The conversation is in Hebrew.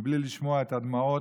בלי לשמוע את הדמעות,